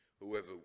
Whoever